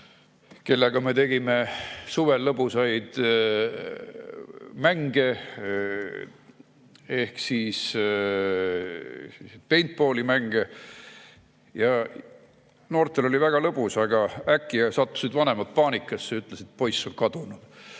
kellega me tegime suvel lõbusaid mänge, paintball'i mänge. Noortel oli väga lõbus, aga äkki sattusid vanemad paanikasse, ütlesid, et poiss on kadunud.